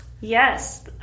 Yes